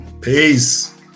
peace